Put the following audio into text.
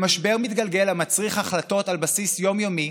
במשבר מתגלגל המצריך החלטות על בסיס יום-יומי,